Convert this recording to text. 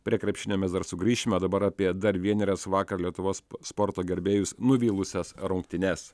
prie krepšinio mes dar sugrįšim o dabar apie dar vienerias vakar lietuvos sporto gerbėjus nuvylusias rungtynes